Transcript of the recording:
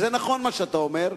זה נכון מה שאתה אומר,